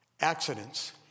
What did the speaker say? accidents